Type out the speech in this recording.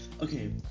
okay